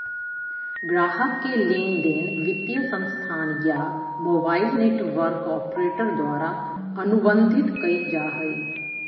ग्राहक के लेनदेन वित्तीय संस्थान या मोबाइल नेटवर्क ऑपरेटर द्वारा अनुबंधित कइल जा हइ